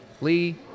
Lee